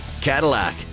Cadillac